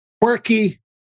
quirky